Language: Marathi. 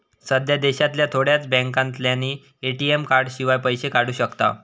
सध्या देशांतल्या थोड्याच बॅन्कांतल्यानी ए.टी.एम कार्डशिवाय पैशे काढू शकताव